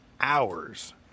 hours